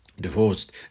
divorced